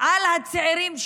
של הצעירים שלנו.